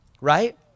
right